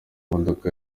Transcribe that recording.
modoka